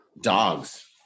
Dogs